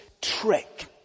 trick